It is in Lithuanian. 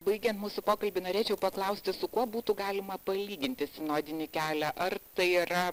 baigiant mūsų pokalbį norėčiau paklausti su kuo būtų galima palyginti sinodinį kelią ar tai yra